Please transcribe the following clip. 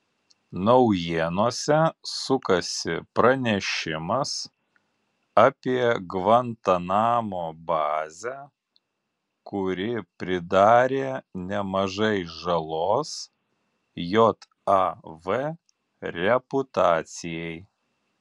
naujienose sukasi pranešimas apie gvantanamo bazę kuri pridarė nemažai žalos jav reputacijai